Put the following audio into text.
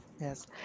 Yes